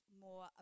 more